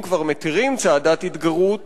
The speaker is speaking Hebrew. אם כבר מתירים צעדת התגרות,